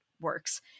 works